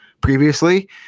previously